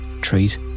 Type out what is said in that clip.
treat